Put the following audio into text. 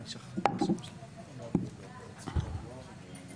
אני חושבת שכדאי שגם הוא ישמע את הדברים.